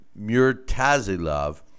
Murtazilov